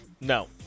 No